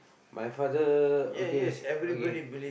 my father okay okay